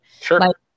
sure